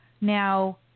Now